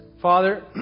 Father